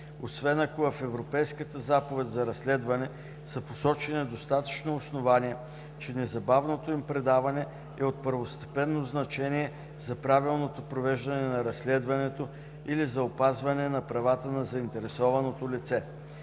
освен ако в Европейската заповед за разследване са посочени достатъчно основания, че незабавното им предаване е от първостепенно значение за правилното провеждане на разследването или за опазването на правата на заинтересованото лице.